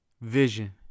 vision